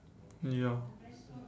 ya